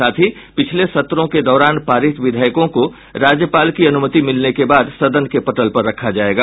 साथ ही पिछले सत्रों के दौरान पारित विधेयकों को राज्यपाल की अनुमति मिलने के बाद सदन के पटल पर रखा जायेगा